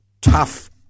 tough